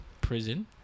prison